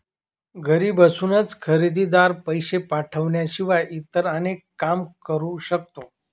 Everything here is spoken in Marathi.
घरी बसूनच खरेदीदार, पैसे पाठवण्याशिवाय इतर अनेक काम करू शकतो